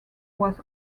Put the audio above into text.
was